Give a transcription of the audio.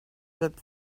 good